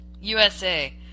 USA